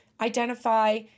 identify